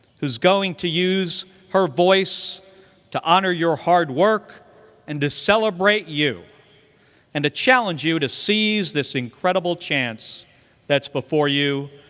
who's going to use her voice to honor your hard work and to celebrate you and to challenge you to seize this incredible chance that's before you.